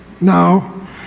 no